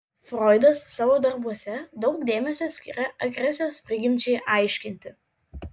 froidas savo darbuose daug dėmesio skiria agresijos prigimčiai aiškinti